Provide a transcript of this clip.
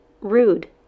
rude